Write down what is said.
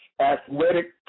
athletic